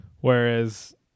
Whereas